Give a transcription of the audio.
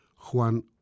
Juan